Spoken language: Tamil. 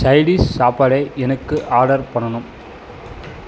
சைடிஸ் சாப்பாடை எனக்கு ஆர்டர் பண்ணனும்